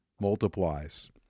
multiplies